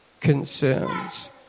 concerns